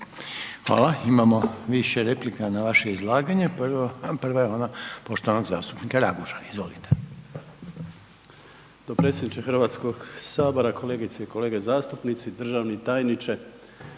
Hvala. Imamo više replika na vaše izlaganje. Prva je ona poštovanog zastupnika Raguža, izvolite.